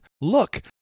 Look